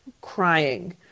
crying